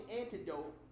Antidote